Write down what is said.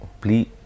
please